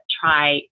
try